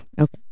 Okay